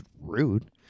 rude